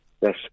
Yes